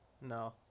No